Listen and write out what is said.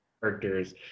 characters